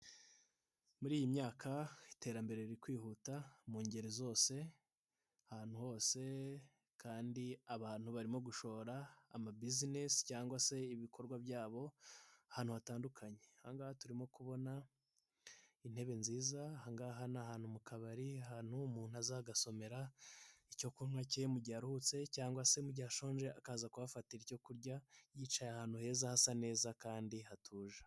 Muri iyi myaka iterambere riri kwihuta mu ngeri zose, ahantu hose kandi abantu barimo gushora amabisinesi cyangwa se ibikorwa byabo ahantu hatandukanye. Aha ngaha turimo kubona intebe nziza. Aha ngaha ni ahantu mu kabari ahantu umuntu aza agasomera icyo kunywa cye mu gihe aruhutse cyangwa se mu mugihe ashonje akaza kuhafatira ibyo kurya yicaye ahantu heza hasa neza kandi hatuje.